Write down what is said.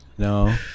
No